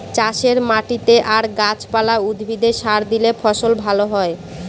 চাষের মাটিতে আর গাছ পালা, উদ্ভিদে সার দিলে ফসল ভালো হয়